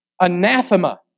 anathema